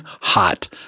hot